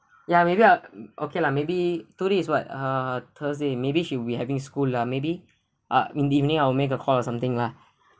ya maybe I okay lah maybe today is what ah thursday maybe she will having school lah maybe uh in the evening I'll make a call or something lah